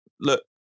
look